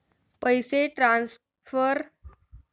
पैसे ट्रान्सफर करण्यासाठी जलद व सुरक्षित पर्याय कोणता?